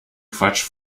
quatsch